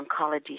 Oncology